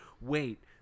wait